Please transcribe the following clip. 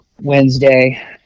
Wednesday